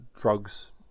drugs